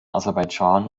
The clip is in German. aserbaidschan